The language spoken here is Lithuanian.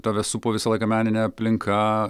tave supo visą laiką menine aplinka